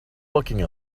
looking